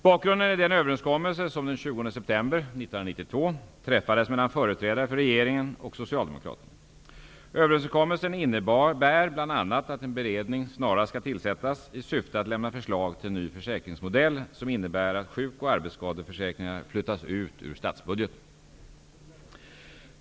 Bakgrunden är den överenskommelse som den 20 Överenskommelsen innebär bl.a. att en beredning snarast skall tillsättas i syfte att lämna förslag till en ny försäkringsmodell som innebär att sjuk och arbetsskadeförsäkringarna flyttas ut ur statsbudgeten.